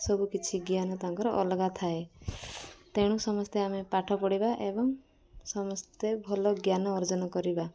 ସବୁ କିଛି ଜ୍ଞାନ ତାଙ୍କର ଅଲଗା ଥାଏ ତେଣୁ ସମସ୍ତେ ଆମେ ପାଠ ପଢ଼ିବା ଏବଂ ସମସ୍ତେ ଭଲ ଜ୍ଞାନ ଅର୍ଜନ କରିବା